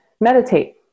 meditate